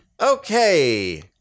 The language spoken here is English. Okay